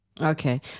Okay